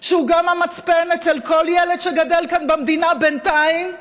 שהוא גם המצפן אצל כל ילד שגדל כאן במדינה בינתיים,